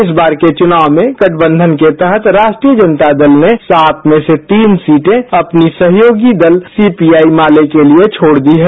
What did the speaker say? इस बार के चुनाव में गठबंधन के तहत राष्ट्रीय जनता दल ने सात में से तीन सीटें अपनी सहयोगी दल सीपीआई माले के लिए छोड दी है